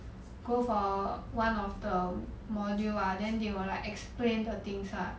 go for one of the module ah then they will like explain things lah